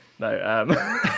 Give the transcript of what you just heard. No